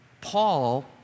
Paul